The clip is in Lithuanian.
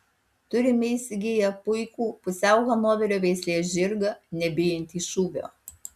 turime įsigiję puikų pusiau hanoverio veislės žirgą nebijantį šūvio